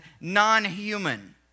non-human